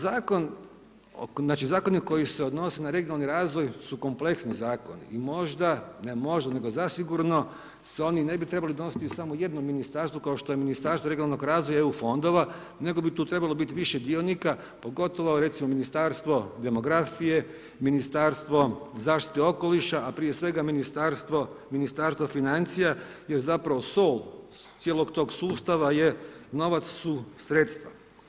Zakoni koji se odnose na regionalni razvoj su kompleksni zakoni i možda, ne možda nego zasigurno se oni ne bi trebali donositi samo u jednom ministarstvu kao što je Ministarstvu regionalnog razvoja i EU fondova nego bi tu trebalo biti više dionika pogotovo recimo Ministarstvo demografije, Ministarstvo zaštite okoliša a prije svega Ministarstvo financija jer zapravo soul cijelog tog sustava je, novac su sredstva.